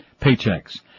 paychecks